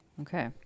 Okay